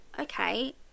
okay